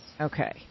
Okay